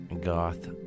goth